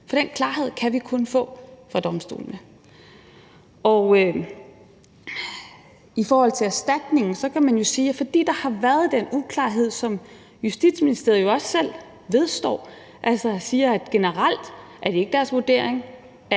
For den klarhed kan vi kun få fra domstolene. I forhold til erstatningen kan man sige, at fordi der har været den uklarhed, som Justitsministeriet jo også selv vedstår, altså ved at sige, at det generelt ikke er deres vurdering,